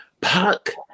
Puck